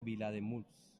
vilademuls